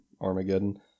Armageddon